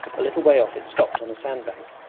a little way off it stopped on a sand-bank,